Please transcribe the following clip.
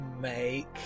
make